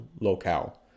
locale